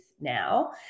now